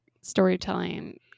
storytelling